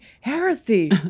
heresy